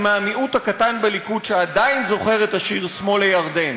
הם המיעוט הקטן בליכוד שעדיין זוכר את השיר "שמאל הירדן",